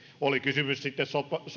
oli kysymys sitten